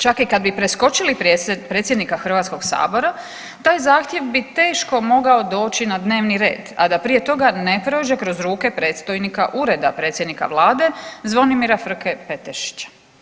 Čak i kad bi preskočili predsjednika HS-a, taj zahtjev bi teško mogao doći na dnevni red, a da prije toga ne prođe kroz ruke predstojnika Ureda predsjednika Vlade Zvonimira Frke Petešića.